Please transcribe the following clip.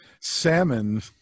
salmon